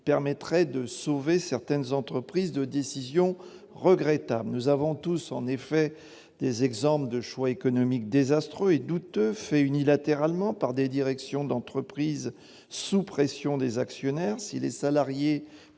permettrait de sauver certaines entreprises de décisions regrettables. Nous connaissons tous des exemples de choix économiques désastreux et douteux, faits unilatéralement par des directions d'entreprise sous pression des actionnaires. Si les salariés